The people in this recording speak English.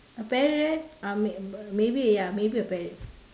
a parrot um maybe ya maybe a parrot